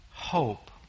hope